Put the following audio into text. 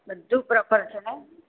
બધુ પ્રોપર છે ને